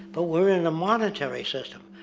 but we're in a monetary system,